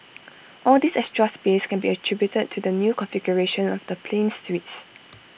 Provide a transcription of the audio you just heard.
all this extra space can be attributed to the new configuration of the plane's suites